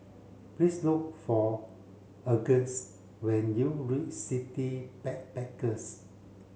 please look for Auguste when you reach City Backpackers